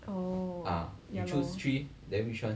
oh ya lor